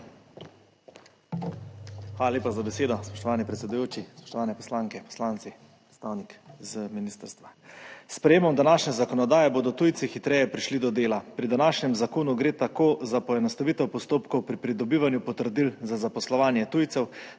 Hvala lepa za besedo. Spoštovani predsedujoči, spoštovane poslanke, poslanci, predstavnik z ministrstva. S sprejemom današnje zakonodaje bodo tujci hitreje prišli do dela, pri današnjem zakonu gre tako za poenostavitev postopkov pri pridobivanju potrdil za zaposlovanje tujcev,